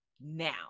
now